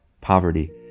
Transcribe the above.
Poverty